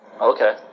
Okay